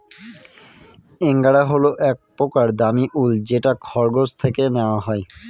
angora হল এক প্রকার দামী উল যেটা খরগোশ থেকে নেওয়া হয়